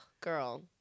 girl